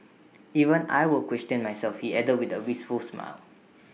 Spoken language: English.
even I will question myself he added with A wistful smile